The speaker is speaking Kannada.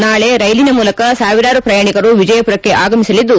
ನಾಳೆ ರೈಲಿನ ಮೂಲಕ ಸಾವಿರಾರು ಪ್ರಯಾಣಿಕರು ವಿಜಯಪುರಕ್ಕೆ ಆಗಮಿಸಲಿದ್ದು